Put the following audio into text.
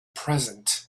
present